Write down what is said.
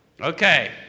Okay